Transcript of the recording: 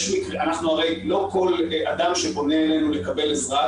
הרי לא כל אדם שפונה אלינו לקבל עזרה,